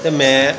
ਅਤੇ ਮੈਂ